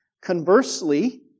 Conversely